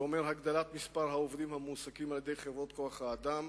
זה אומר הגדלת מספר העובדים המועסקים על-ידי חברות כוח-אדם,